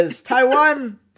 Taiwan